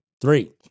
Three